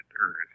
Earth